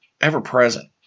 ever-present